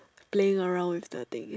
playing around with the thing